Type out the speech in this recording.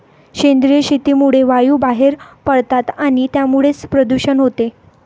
सेंद्रिय शेतीमुळे वायू बाहेर पडतात आणि त्यामुळेच प्रदूषण होते